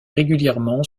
régulièrement